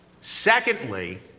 Secondly